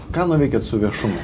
ką nuveikėte su viešumu